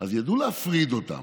אז ידעו להפריד אותם.